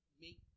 make